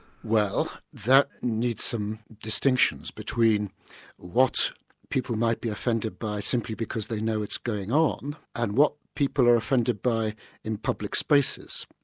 well that needs some distinctions between what people might be offended by simply because they know it's going on, and what people are offended by in public spaces.